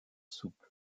soupe